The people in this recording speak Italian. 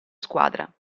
squadra